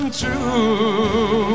true